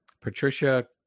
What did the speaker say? Patricia